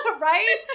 Right